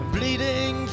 Bleeding